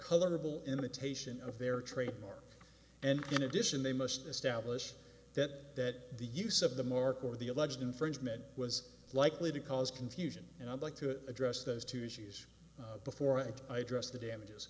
colorable imitation of their trademark and in addition they must establish that the use of the mark or the alleged infringement was likely to cause confusion and i'd like to address those two issues before and i address the damages